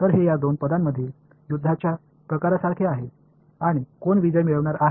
तर हे या दोन पदांमधील युद्धाच्या प्रकारासारखे आहे आणि कोण विजय मिळवित आहे